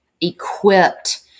equipped